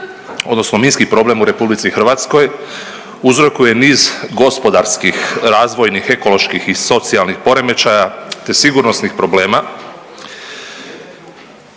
odnosno minski problem u Republici Hrvatskoj uzrokuje niz gospodarskih, razvojnih, ekoloških i socijalnih poremećaja, te sigurnosnih problema